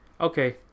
okay